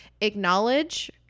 acknowledge